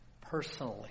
personally